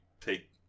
take